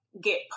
get